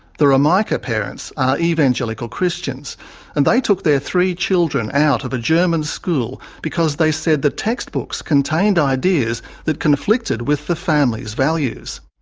the romeike parents are evangelical christians and they took their three children out of a german school because they said the textbooks contained ideas that conflicted with the family's values.